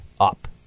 up